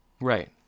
right